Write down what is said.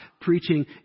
preaching